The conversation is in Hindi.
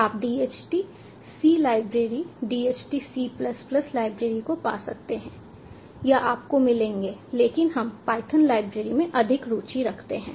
आप DHT C library DHT C library को पा सकते हैं या आपको मिलेंगे लेकिन हम पायथन लाइब्रेरी में अधिक रुचि रखते हैं